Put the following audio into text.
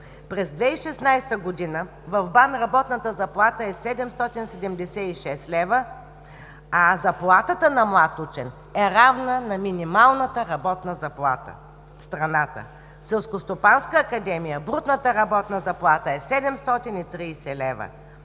През 2016 г. в БАН работната заплата е 776 лв., а заплатата на млад учен е равна на минималната работна заплата в страната. В Селскостопанската академия брутната работна заплата е 730 лв.